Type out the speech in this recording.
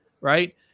right